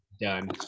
done